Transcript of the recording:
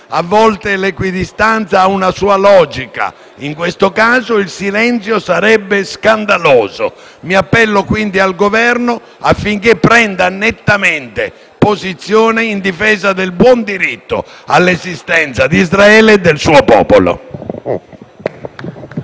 a volte, l'equidistanza ha una sua logica; in questo caso, il silenzio sarebbe scandaloso. Mi appello, quindi, al Governo affinché prenda nettamente posizione in difesa del buon diritto all'esistenza d'Israele e del suo popolo.